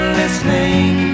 listening